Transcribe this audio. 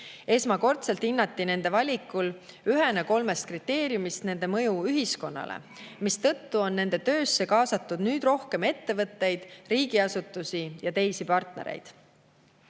Esmakordselt hinnati nende valikul ühena kolmest kriteeriumist nende mõju ühiskonnale, mistõttu on nende töösse kaasatud nüüd rohkem ettevõtteid, riigiasutusi ja teisi partnereid.